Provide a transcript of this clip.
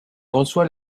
reçoit